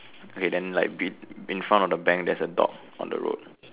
okay then like bit in front of the bank there's a dog on the road